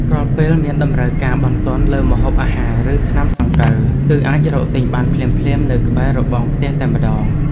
រាល់ពេលមានតម្រូវការបន្ទាន់លើម្ហូបអាហារឬថ្នាំសង្កូវ គឺអាចរកទិញបានភ្លាមៗនៅក្បែររបងផ្ទះតែម្តង។